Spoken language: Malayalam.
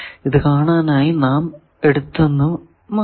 ഇത് കാണാനായി നാം എടുത്തെന്നു മാത്രം